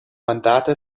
mandate